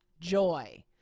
joy